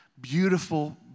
beautiful